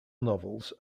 novels